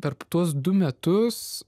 per tuos du metus